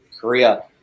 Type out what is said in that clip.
Korea